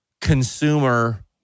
consumer